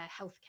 healthcare